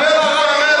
פערי תיווך.